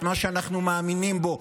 את מה שאנחנו מאמינים בו.